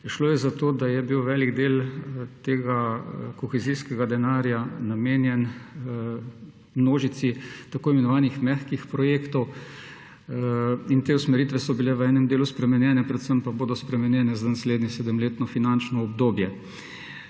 Šlo je za to, da je bil velik del tega kohezijskega denarja namenjen množici tako imenovanih mehkih projektov. Te usmeritve so bile v enem delu spremenjene, predvsem pa bodo spremenjene za naslednje sedemletno finančno obdobje.